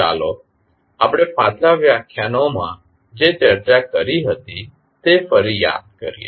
ચાલો આપણે પાછલા વ્યાખ્યાનોમાં જે ચર્ચા કરી હતી તે ફરી યાદ કરીએ